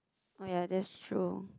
oh ya that's true